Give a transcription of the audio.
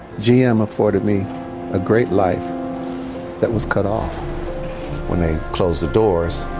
gm afforded me a great life that was cut off when they closed the doors.